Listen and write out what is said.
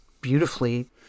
beautifully